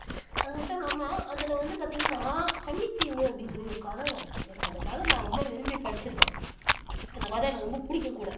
அதுமட்டும் இல்லாமல் அதில் வந்து பார்த்திங்கன்னா கன்னித்தீவு அப்படினு சொல்லி ஒரு கதை வரும் எனக்கு அந்த கதை நான் ரொம்ப விரும்பி படிச்சியிருக்கேன் அந்த கதை எனக்கு ரொம்ப பிடிக்கும் கூட